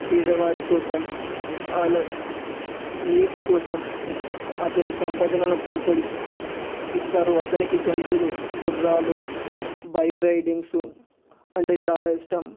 పేదవారి కోసం వాళ్ళ నీడ్స్ కోసం అతని సంపాదనలో కొంతది ఇస్తారు అతనికి జంతువులు గుర్రాలు బైక్ రైడింగ్స్ అంటే చాలా ఇష్టం